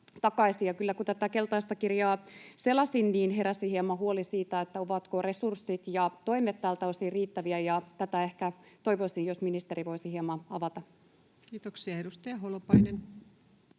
kun tätä keltaista kirjaa selasin, niin heräsi kyllä hieman huoli siitä, ovatko resurssit ja toimet tältä osin riittäviä. Tätä ehkä toivoisin, jos ministeri voisi hieman avata. Kiitoksia. — Edustaja Holopainen.